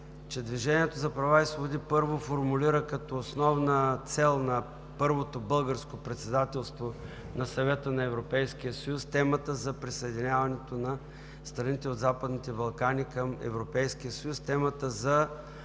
„Движението за права и свободи“ първо формулира като основна цел на първото Българско председателство на Съвета на Европейския съюз темата за присъединяването на страните от Западните Балкани към Европейския съюз, темата за